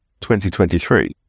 2023